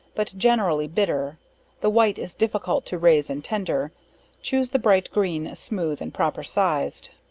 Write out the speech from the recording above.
but generally bitter the white is difficult to raise and tender choose the bright green, smooth and proper sized.